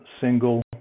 single